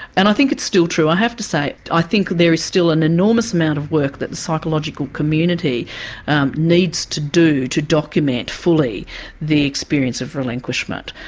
and i think it's still true. i have to say i think there is still an enormous amount of work that the psychological community needs to do to document fully the experience of relinquishment.